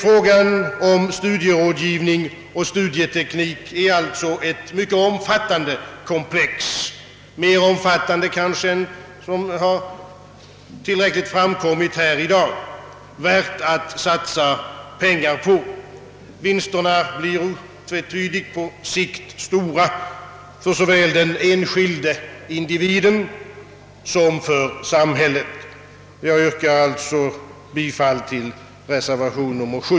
Frågan om studierådgivning och studieteknik är alltså ett omfattande komplex, kanske mer omfattande än vad som framkommit här i dag och värt att satsa pengar på. Vinsterna blir otvivelaktigt stora på sikt för såväl den enskilda individen som för samhället. Jag yrkar alltså bifall till reservationen nr 7.